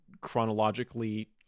chronologically